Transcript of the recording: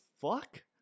fuck